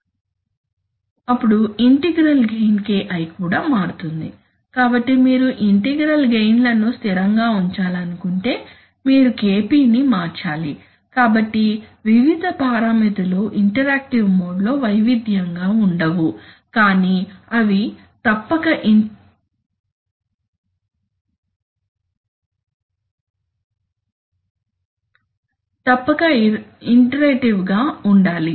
అప్పుడు integral gain KI కూడా మారుతుంది కాబట్టి మీరు ఇంటిగ్రల్ గెయిన్ లను స్థిరంగా ఉంచాలనుకుంటే మీరు KP ని కూడా మార్చాలి కాబట్టి వివిధ పారామితులు ఇంటరాక్టివ్ మోడ్లో వైవిధ్యంగా ఉండవు కాని అవి తప్పక ఇంరేటివ్ గా ఉండాలి